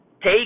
Take